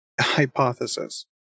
hypothesis